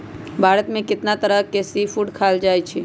भारत में कितना तरह के सी फूड खाल जा हई